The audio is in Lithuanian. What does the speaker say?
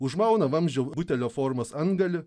užmauna vamzdžio butelio formos antgalį